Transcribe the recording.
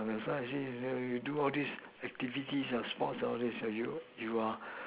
uh that's why I say you do all these activities or sports all these are you you are